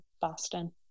Boston